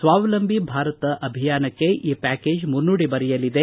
ಸ್ವಾವಲಂಬಿತ ಭಾರತ ಅಭಿಯಾನಕ್ಕೆ ಈ ಪ್ವಾಕೇಜ್ ಮುನ್ನುಡಿ ಬರೆಯಲಿದೆ